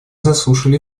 заслушали